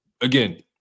again